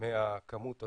מהכמות הזאת,